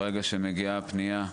ברגע שמגיעה הפנייה,